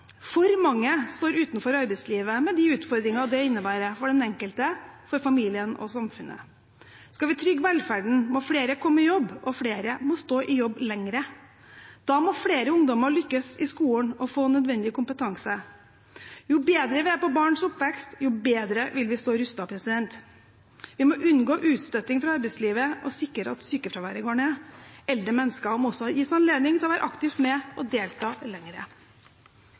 For mange står utenfor arbeidslivet, med de utfordringer det innebærer for den enkelte, for familien og samfunnet. Skal vi trygge velferden, må flere komme i jobb, og flere må stå i jobb lenger. Da må flere ungdommer lykkes i skolen og få nødvendig kompetanse. Jo bedre vi er på barns oppvekst, jo bedre vil vi stå rustet. Vi må unngå utstøting fra arbeidslivet og sikre at sykefraværet går ned. Eldre mennesker må også gis anledning til å være aktivt med og delta